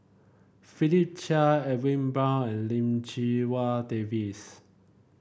Philip Chia Edwin Brown and Lim Chee Wai David